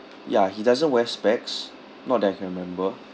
ya he doesn't wear specs not that I can remember